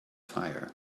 fire